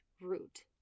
root